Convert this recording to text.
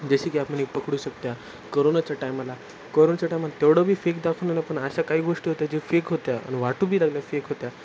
जसे की आपण एक पकडू शकतो आहे कोरोनाच्या टायमाला कोरोनाच्या टायमाला तेवढं बी फेक दाखवलं ना पण अशा काही गोष्ट होत्या जे फेक होत्या आणि वाटू बी लागल्या फेक होत्या